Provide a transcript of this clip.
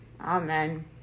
Amen